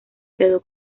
quedó